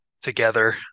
together